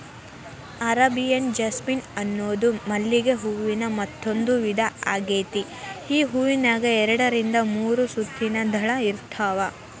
Arabian jasmine ಅನ್ನೋದು ಮಲ್ಲಿಗೆ ಹೂವಿನ ಮತ್ತಂದೂ ವಿಧಾ ಆಗೇತಿ, ಈ ಹೂನ್ಯಾಗ ಎರಡರಿಂದ ಮೂರು ಸುತ್ತಿನ ದಳ ಇರ್ತಾವ